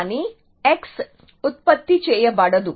కానీ x ఉత్పత్తి చేయబడదు